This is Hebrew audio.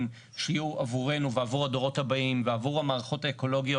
שיהיו עבורנו ועבור הדורות הבאים ועבור המערכות האקולוגיות,